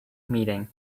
meeting